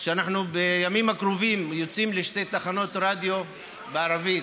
שבימים הקרובים אנחנו יוצאים לשתי תחנות רדיו בערבית,